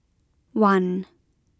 one